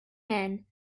man